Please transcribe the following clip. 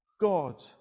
God